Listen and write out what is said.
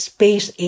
Space